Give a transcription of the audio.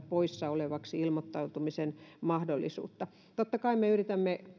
poissa olevaksi ilmoittautumisen mahdollisuus totta kai me yritämme